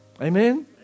Amen